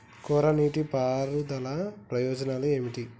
కోరా నీటి పారుదల ప్రయోజనాలు ఏమిటి?